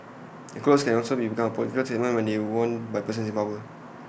clothes can also become A political statement when worn by persons in power